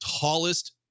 tallest